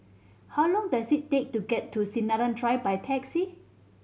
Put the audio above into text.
how long does it take to get to Sinaran Drive by taxi